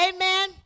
Amen